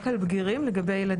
בגירים?